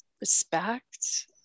respect